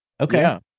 Okay